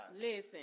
Listen